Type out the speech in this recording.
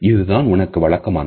இதுதான் உனக்கு வழக்கமானது